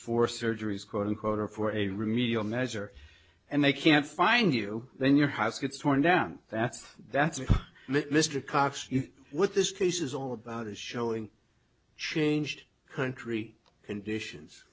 four surgeries quote unquote or for a remedial measure and they can't find you then your house gets torn down that's that's mr cox you with this case is all about is showing changed country conditions